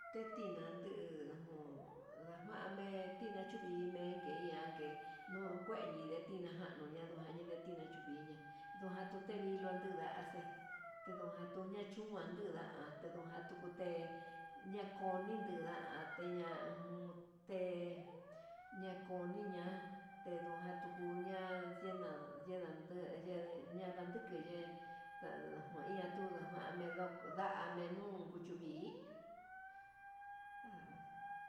Tetinanduu ujun, ndajuame china chuvi'i vengue ian ngue nuu kueni nde tiná januña nduanuña nde tiná chuviña, nduan tute viluu n nxe tejun tuña'a chun kuan tuu nda tuté ñakoni nunda'a ña'a jun te ñakoni ña'a tedojan tuku ña'a xhina yendan tuu, teyenda yandandu kuche ta nduian tuu namelo kunda'a, amenunku chuvi'i nadamas.